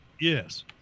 Yes